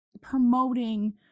promoting